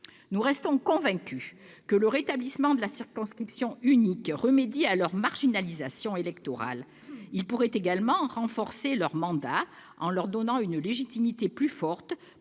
Nous restons convaincus que le rétablissement de la circonscription unique remédie à la marginalisation électorale de ces représentants. Il pourrait également renforcer leur mandat, en leur donnant une légitimité plus forte,